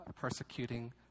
persecuting